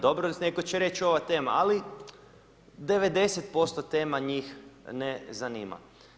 Dobro netko će reći ova tema, ali 90% tema njih ne zanima.